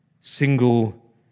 single